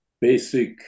basic